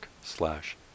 slash